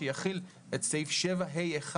שיחיל את סעיף 7ה1,